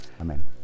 Amen